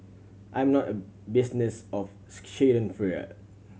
I'm not a business of schadenfreude